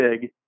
big